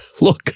Look